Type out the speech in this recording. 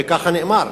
וכך נאמר,